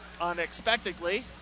unexpectedly